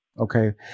Okay